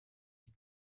die